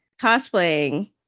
cosplaying